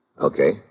Okay